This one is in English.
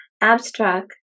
Abstract